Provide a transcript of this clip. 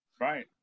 Right